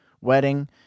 wedding